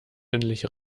endlich